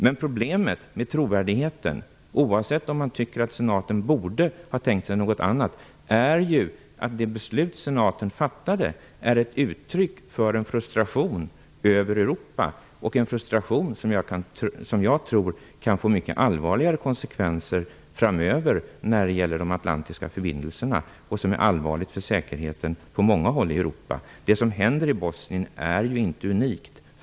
Men problemet med trovärdigheten, oavsett om man tycker att senaten borde ha tänkt sig något annat, är ju att det beslut som senaten fattade är ett uttryck för en frustration över Europa. Det är en frustration som jag tror kan få mycket allvarligare konsekvenser framöver när det gäller de atlantiska förbindelserna, vilket är allvarligt för säkerheten på många håll i Det som händer i Bosnien är ju inte unikt.